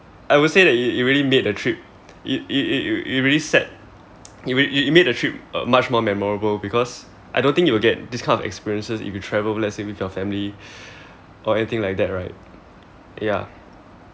I would say that it it it really made the trip it it it really set it it made the trip much more memorable because I don't think you will get this kind of experiences if you travel let's say with your family or anything like that right ya